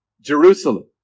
Jerusalem